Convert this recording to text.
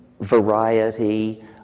variety